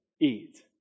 Eat